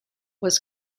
was